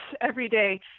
everyday